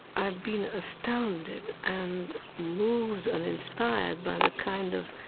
i've been astounded and moved and inspired by the kind of